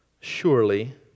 surely